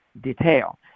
detail